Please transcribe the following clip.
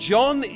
John